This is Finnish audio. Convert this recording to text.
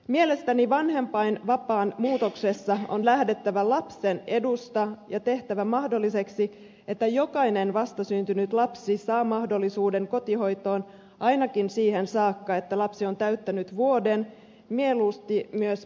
mielestäni vanhempainvapaan muutoksessa on lähdettävä lapsen edusta ja tehtävä mahdolliseksi että jokainen vastasyntynyt lapsi saa mahdollisuuden kotihoitoon ainakin siihen saakka että lapsi on täyttänyt vuoden mieluusti myös pidempään